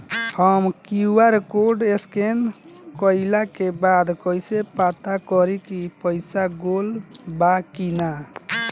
हम QR code scan कइला के बाद कइसे पता करि की पईसा गेल बा की न?